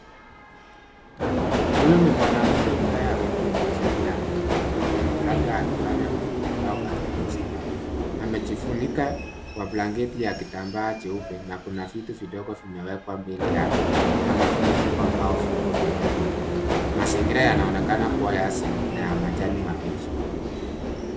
Huyu ni mwanamke ambaye ameketi chini ya mti mkubwa labda akifanya picnic au akipumzika. Amejifunika kwa blanketi ya kitambaa cheupe na kuna vitu vidogo vimewekwa mbele yake kama vile vikombe au vyombo vya kukula. Mazingira yanaonekana kuwa ya asili na ya majani mabichi.